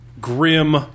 grim